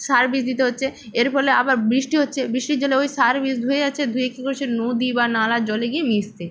সার বীজ দিতে হচ্ছে এর পরে আবার বৃষ্টি হচ্ছে বৃষ্টির জন্য ওই সার বীজ ধুয়ে যাচ্ছে ধুয়ে কী করছে নদী বা নালার জলে গিয়ে মিশছে